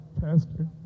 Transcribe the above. pastor